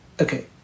okay